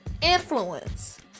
influence